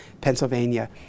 Pennsylvania